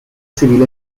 civil